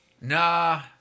Nah